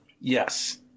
yes